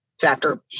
factor